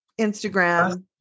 Instagram